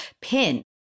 pin